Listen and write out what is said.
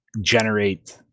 generate